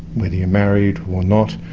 whether you're married or not,